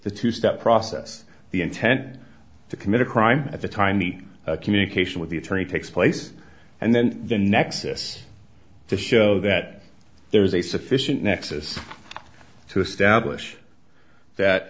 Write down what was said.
the two step process the intent to commit a crime at the time the communication with the attorney takes place and then the nexus to show that there is a sufficient nexus to establish that